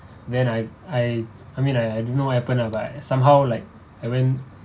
then I I I mean I I don't know what happen but I somehow like I went